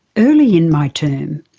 early in my term,